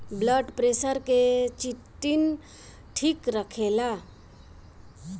blood pressure के चिटिन ठीक रखेला